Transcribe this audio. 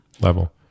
level